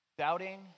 Doubting